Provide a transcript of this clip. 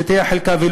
שתהיה חלקה,